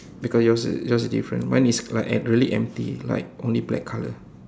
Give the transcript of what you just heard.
because yours is yours is different mine is like emp~ really empty like only black color